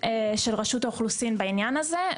של רשות האוכלוסין בעניין הזה,